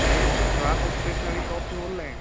हाँ भइया Vishwas stationery shop से बोल रहे हैं